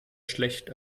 schlecht